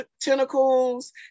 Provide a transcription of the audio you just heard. tentacles